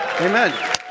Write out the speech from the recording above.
Amen